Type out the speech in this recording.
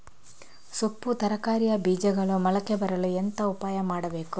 ಸೊಪ್ಪು ತರಕಾರಿಯ ಬೀಜಗಳು ಮೊಳಕೆ ಬರಲು ಎಂತ ಉಪಾಯ ಮಾಡಬೇಕು?